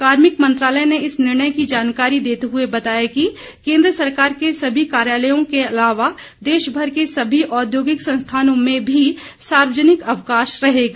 कार्मिक मंत्रालय ने इस निर्णय की जानकारी देते हुए बताया कि केन्द्र सरकार के कार्यालयों के अलावा देश भर के सभी औद्योगिक संस्थानों में भी सार्वजनिक अवकाश रहेगा